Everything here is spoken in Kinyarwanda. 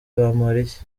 bamporiki